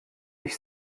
ich